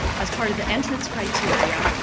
as part of the entrance criteria,